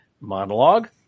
monologue